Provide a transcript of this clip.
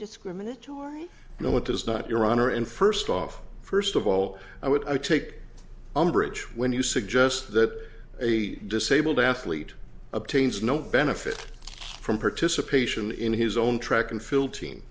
discriminatory i know it is not your honor and first off first of all i would i take umbrage when you suggest that a disabled athlete obtains no benefit from participation in his own track and field team